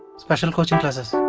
special coaching classes!